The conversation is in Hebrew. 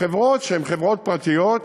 החברות, שהן חברות פרטיות,